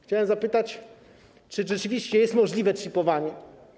Chciałem zapytać, czy rzeczywiście jest możliwe czipowanie.